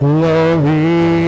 Glory